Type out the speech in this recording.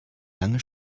lange